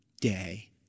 day